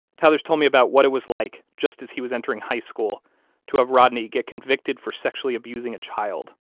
tyler's told me about what it was like just as he was entering high school to have rodney get convicted for sexually abusing a child.